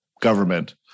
government